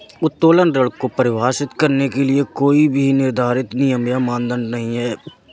उत्तोलन ऋण को परिभाषित करने के लिए कोई निर्धारित नियम या मानदंड नहीं है